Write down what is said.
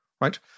right